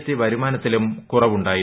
T വരുമാനത്തിലും കുറവ് ഉണ്ടായിരുന്നു